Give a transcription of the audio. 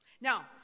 Now